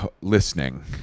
listening